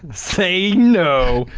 saying no.